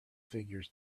figures